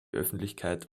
öffentlichkeit